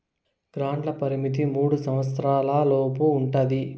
గ్రాంట్ల పరిమితి మూడు సంవచ్చరాల లోపు ఉంటది